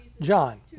John